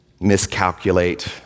miscalculate